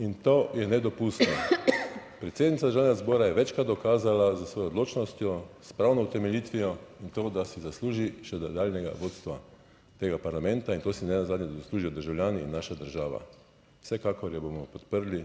in to je nedopustno. Predsednica Državnega zbora je večkrat dokazala s svojo odločnostjo, s pravno utemeljitvijo in to, da si zasluži še nadaljnjega vodstva tega parlamenta in to si nenazadnje zaslužijo državljani in naša država. Vsekakor jo bomo podprli